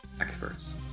experts